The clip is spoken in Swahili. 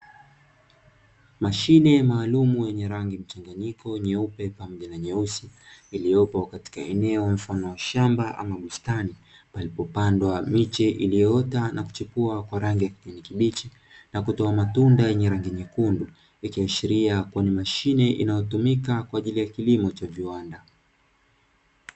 Mashine maalumu yenye rangi mchanganyiko nyeupe pamoja na nyeusi iliyopo katika eneo mfano wa shamba ama bustani, palipopandwa miche iliyoota na kuchipua kwa rangi ya kijani kibichi na kutoa matunda yenye rangi nyekundu ya ikiashiria kuwa ni mashine inayotumika kwa ajili ya kilimo cha viwanda.